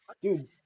Dude